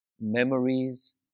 memories